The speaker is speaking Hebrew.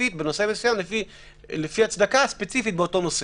ספציפית לנושא מסוים לפי הצדקה ספציפית באותו נושא.